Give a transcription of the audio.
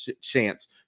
chance